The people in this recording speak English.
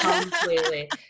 completely